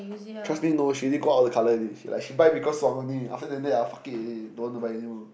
trust me no she didn't go out of the colour already she like she buy because suan only after than that ah fuck it already don't want to buy anymore